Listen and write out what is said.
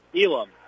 Elam